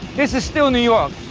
this is still new york.